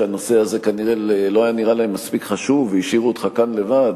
שהנושא הזה כנראה לא היה נראה להם מספיק חשוב והשאירו אותך כאן לבד,